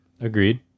Agreed